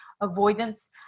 avoidance